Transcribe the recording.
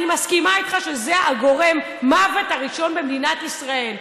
אני מסכימה איתך שזה גורם המוות הראשון במדינת ישראל.